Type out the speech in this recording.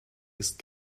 isst